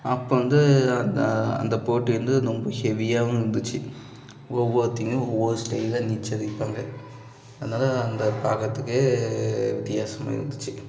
அப்போ வந்து அந்த அந்த போட்டி வந்து ரொம்ப ஹெவியாகவும் இருந்துச்சு ஒவ்வொருத்தவங்களும் ஒவ்வொரு ஸ்டைலில் நீச்சல் அடிப்பாங்க அதனால் அந்த பார்க்கறத்துக்கே வித்தியாசமாக இருந்துச்சு